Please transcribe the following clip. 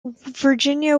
virginia